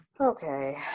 Okay